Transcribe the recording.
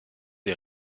des